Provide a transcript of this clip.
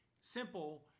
simple